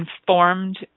informed